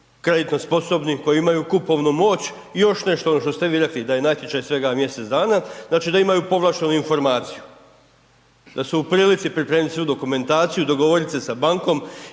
kreditno sposobni, koji imaju kupovnu moć i još nešto što ste vi rekli, da je natječaj svega mjesec dana, znači da imaju povlaštenu informaciju, da su u prilici pripremiti svu dokumentaciju, dogovoriti se s bankom